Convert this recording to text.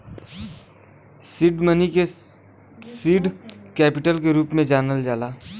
seed money क seed capital के रूप में जानल जाला